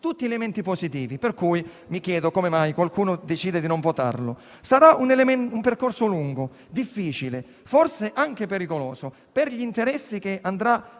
Tutti elementi positivi, per cui mi chiedo come mai qualcuno decida di non votarlo. Sarà un percorso lungo, difficile, forse anche pericoloso per gli interessi che andrà